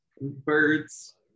birds